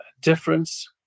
difference